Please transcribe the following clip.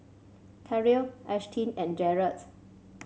Terrill Ashtyn and Jaret